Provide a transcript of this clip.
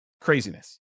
Craziness